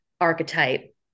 archetype